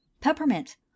peppermint